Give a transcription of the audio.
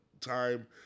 time